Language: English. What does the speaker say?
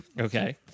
Okay